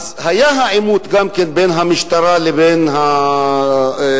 היה גם עימות בין המשטרה לבין האזרחים